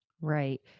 Right